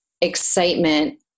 excitement